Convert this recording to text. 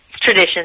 tradition